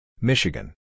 Michigan